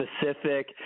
specific